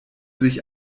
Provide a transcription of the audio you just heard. sich